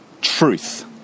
truth